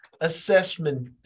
assessment